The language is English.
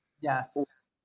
Yes